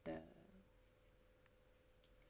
the